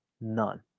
None